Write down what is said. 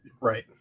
Right